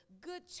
good